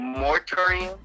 mortuary